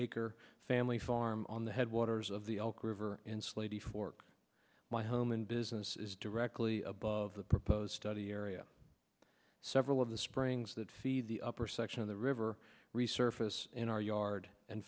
acre family farm on the head waters of the elk river and slade fork my home and business is directly of the proposed study area several of the springs that feed the upper section of the river resurface in our yard and